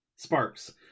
sparks